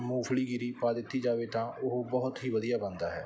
ਮੂੰਗਫਲੀ ਗਿਰੀ ਪਾ ਦਿੱਤੀ ਜਾਵੇ ਤਾਂ ਉਹ ਬਹੁਤ ਹੀ ਵਧੀਆ ਬਣਦਾ ਹੈ